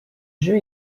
jeu